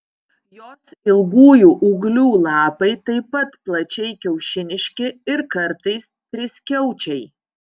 jos ilgųjų ūglių lapai taip pat plačiai kiaušiniški ir kartais triskiaučiai